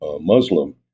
muslim